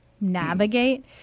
navigate